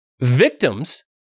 victims